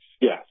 yes